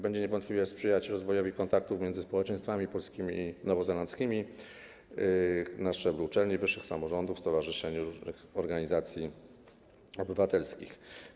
Będzie niewątpliwie sprzyjać rozwojowi kontaktów między społeczeństwami polskim i nowozelandzkim na szczeblu uczelni wyższych, samorządów, stowarzyszeń, różnych organizacji obywatelskich.